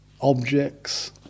objects